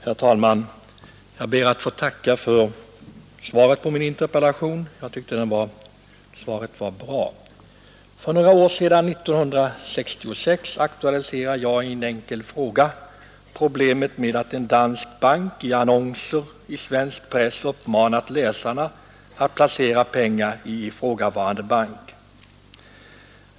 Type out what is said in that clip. Herr talman! Jag ber att få framföra ett tack för svaret på min interpellation. Jag tyckte svaret var bra. För några år sedan, 1966, aktualiserade jag i en enkel fråga problemet med att en dansk bank i annonser i svensk press uppmanat läsare att 69 placera pengar i ifrågavarande bank.